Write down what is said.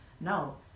no